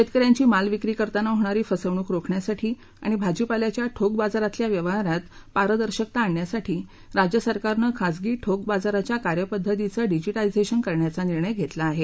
शेतकऱ्यांची माल विक्री करतांना होणारी फसवणूक रोखण्यासाठी आणि भाजीपाल्याच्या ठोक बाजारातल्या व्यवहारात पारदर्शकता आणण्यासाठी राज्य सरकारनं खाजगी ठोक बाजाराच्या कार्यपद्धतीचं डिजिटायझेशन करण्याचा निर्णय घेतला आहे